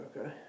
Okay